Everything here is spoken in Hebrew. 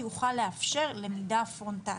יוכל לאפשר למידה פרונטלית.